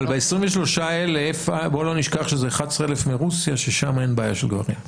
אבל ב-23,000 בואו לא נשכח שזה 11,000 מרוסיה ששם אין בעיה של הגברים.